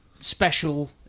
special